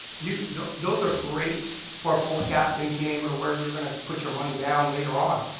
you know those are great for forecasting, being able to where you're going to put your money down later on.